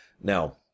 Now